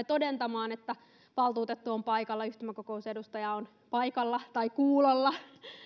todentamaan että valtuutettu on paikalla tai yhtymäkokousedustaja on paikalla tai kuulolla